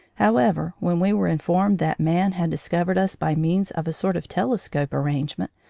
however, when we were informed that man had discovered us by means of a sort of telescope arrangement,